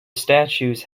statues